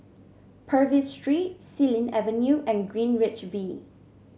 Purvis Street Xilin Avenue and Greenwich V